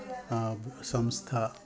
संस्था